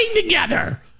together